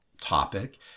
topic